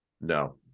No